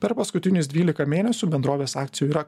per paskutinius dvylika mėnesių bendrovės akcijų yra